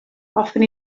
hoffwn